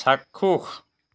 চাক্ষুস